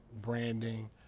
branding